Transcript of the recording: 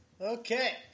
Okay